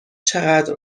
چقدر